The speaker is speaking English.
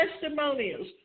testimonials